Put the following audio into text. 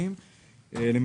ירים את ידו?